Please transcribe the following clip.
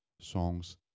songs